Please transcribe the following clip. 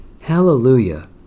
Hallelujah